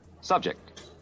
Subject